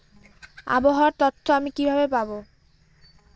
আবহাওয়ার তথ্য আমি কিভাবে পাবো?